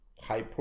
high